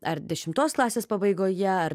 ar dešimtos klasės pabaigoje ar